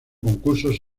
concursos